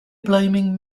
blaming